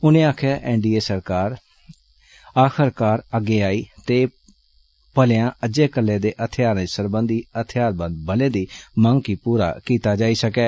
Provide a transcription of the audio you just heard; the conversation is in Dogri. उनें आक्खेआ एन डी ए सरकार आखरकार अग्गें आई तां जे भलेआं अज्जै कल्लै दे हथियारें सरबंधी हथियारबंद बलें दी मंग गी पूरा कीता जाई सकै